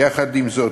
יחד עם זאת,